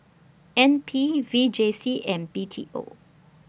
N P V J C and B T O